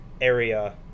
area